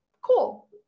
cool